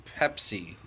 Pepsi